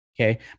Okay